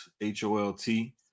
H-O-L-T